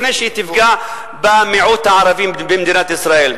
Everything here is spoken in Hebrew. לפני שהיא תפגע במיעוט הערבי במדינת ישראל.